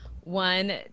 One